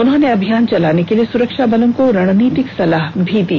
उन्होंने अभियान चलाने के लिए सुरक्षा बलों को रणनीतिक सलाह भी दी